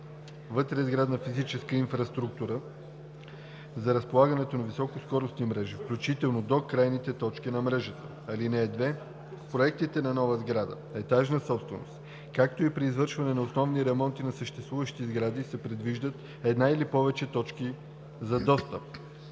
вътресградна физическа инфраструктура за разполагането на високоскоростни мрежи, включително до крайните точки на мрежата. (2) В проектите на нови сгради – етажна собственост, както и при извършване на основен ремонт на съществуващи сгради се предвиждат една или повече точки за достъп.“